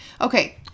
Okay